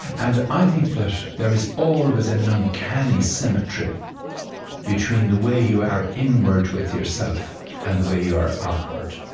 and i think that there is always an uncanny symmetry between the way you are inward with yourself and the way you are outward.